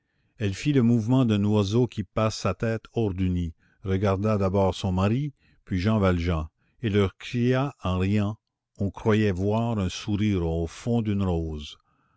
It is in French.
elle fit le mouvement d'un oiseau qui passe sa tête hors du nid regarda d'abord son mari puis jean valjean et leur cria en riant on croyait voir un sourire au fond d'une rose